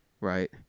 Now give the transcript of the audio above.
right